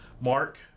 Mark